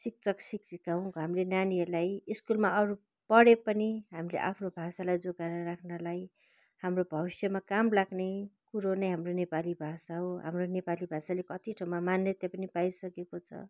शिक्षक शिक्षिका हौँ हामीले नानीहरूलाई स्कुलमा अरू पढे पनि हामीले आफ्नो भाषालाई जोगाएर राख्नलाई हाम्रो भविष्यमा काम लाग्ने कुरो नै हाम्रो नेपाली भाषा हो हाम्रो नेपाली भाषाले कति ठाउँमा मान्यता पनि पाइसकेको छ